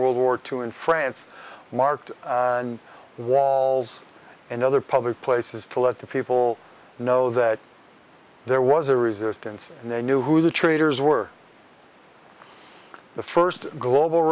world war two in france marked walls and other public places to let the people know that there was a resistance and they knew who the traders were the first global